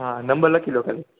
હાં નંબર લખી લો ખાલી